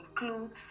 includes